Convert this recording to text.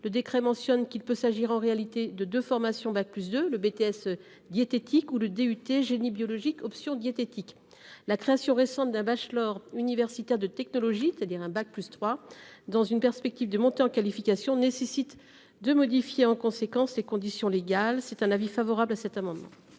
le décret mentionne qu'il peut s'agir en réalité de deux formations bac+2, le BTS diététique ou le DUT génie biologique option diététique. La création récente d'un bachelor universitaire de technologie, c'est-à-dire un niveau bac+3, dans la perspective d'une montée en qualification, nécessite de modifier en conséquence les conditions légales. La commission émet donc un avis favorable sur cet amendement.